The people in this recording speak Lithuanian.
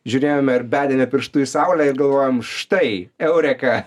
žiūrėjome ir bedėme pirštu į saulę ir galvojom štai eureka